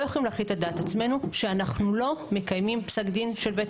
לא יכולים להחליט על דעת עצמנו שאנחנו לא מקיימים פסק דין של בית